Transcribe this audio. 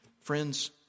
Friends